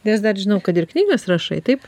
nes dar žinau kad ir knygas rašai taip